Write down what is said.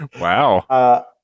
Wow